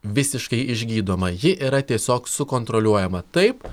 visiškai išgydoma ji yra tiesiog sukontroliuojama taip